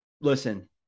Listen